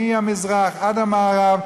מהמזרח עד המערב.